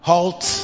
Halt